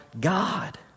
God